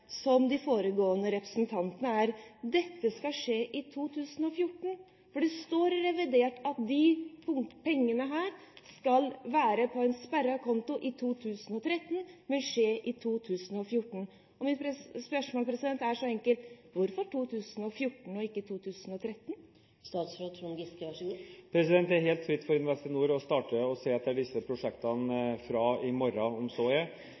som de foregående representantenes, dreier seg om følgende: Dette skal skje i 2014, for det står i revidert nasjonalbudsjett at disse pengene skal stå på en sperret konto i 2013. Det skal altså skje i 2014. Mitt spørsmål er enkelt – hvorfor 2014 og ikke 2013? Investinor står helt fritt når det gjelder å starte å se etter disse prosjektene – fra i morgen av om så er